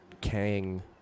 Kang